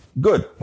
Good